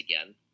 again